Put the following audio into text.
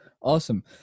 Awesome